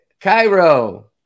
cairo